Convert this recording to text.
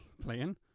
playing